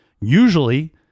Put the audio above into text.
Usually